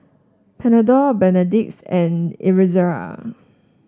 Panadol Betadine and Ezerra